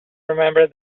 remember